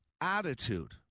attitude